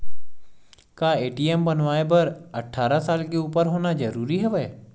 का ए.टी.एम बनवाय बर अट्ठारह साल के उपर होना जरूरी हवय?